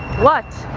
what?